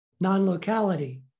non-locality